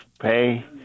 pay